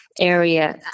area